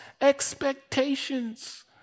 expectations